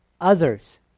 others